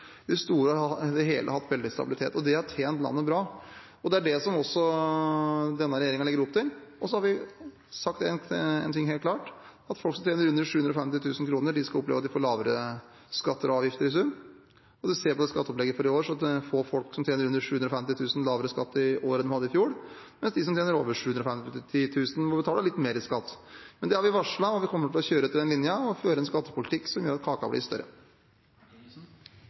store og hele hatt veldig mye stabilitet. Det har tjent landet bra, og det er det også denne regjeringen legger opp til. Og så har vi sagt én ting helt klart: Folk som tjener under 750 000 kr, skal oppleve at de får lavere skatter og avgifter i sum. Ser vi på skatteopplegget for i år, får folk som tjener under 750 000 kr, lavere skatt i år enn de hadde i fjor, mens de som tjener over 750 000 kr, må betale litt mer i skatt. Men det har vi varslet, og vi kommer til å kjøre etter den linjen og føre en skattepolitikk som gjør at kaken blir større.